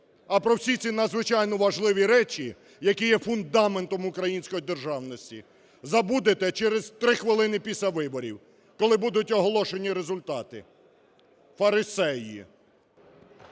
А про всі ці надзвичайно важливі речі, які є фундаментом української державності, забудете через 3 хвилини після виборів, коли будуть оголошені результати. Фарисеї!